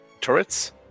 turrets